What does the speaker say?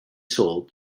sold